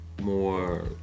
more